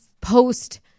post